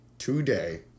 Today